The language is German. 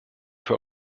für